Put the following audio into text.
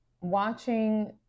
watching